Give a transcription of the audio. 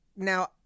Now